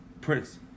Prince